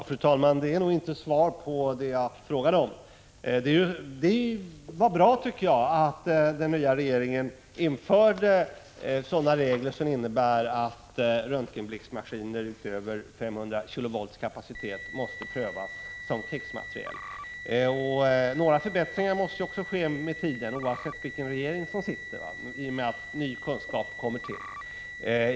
Fru talman! Det är nog inte svar på det jag frågade om. Jag tycker att det var bra att regeringen införde sådana regler som innebär att röntgenblixtmaskiner med större kapacitet än 500 kilovolt måste prövas som krigsmateriel. Några förbättringar måste ju också ske med tiden — oavsett vilken regering som sitter — i och med att ny kunskap kommer till.